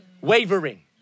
Wavering